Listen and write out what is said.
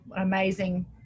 amazing